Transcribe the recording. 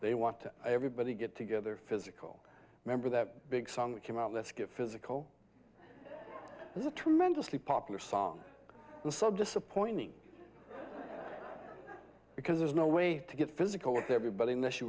they want to everybody get together physical remember that big song came out let's get physical a tremendously popular song the sub just appointing because there's no way to get physical with everybody in this you